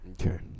Okay